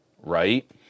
right